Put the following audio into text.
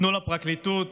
תנו לפרקליטות